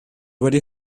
wedi